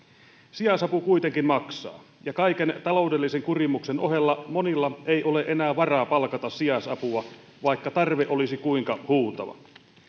sijaisapu kuitenkin maksaa ja kaiken taloudellisen kurimuksen ohella monilla ei ole enää varaa palkata sijaisapua vaikka tarve olisi kuinka huutava